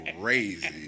crazy